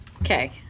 Okay